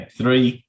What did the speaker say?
three